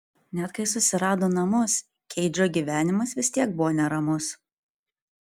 net kai susirado namus keidžo gyvenimas vis tiek buvo neramus